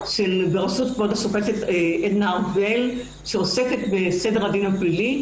בראשות כבוד השופטת עדנה ארבל שעוסקת בסדר הדין הפלילי.